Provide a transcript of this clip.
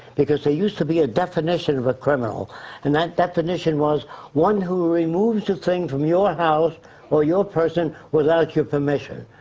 because there used to be a definition of a criminal and that definition was one who removes a thing from your house or your person without your permission.